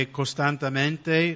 costantemente